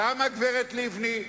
גם הגברת לבני,